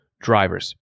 Drivers